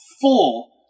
full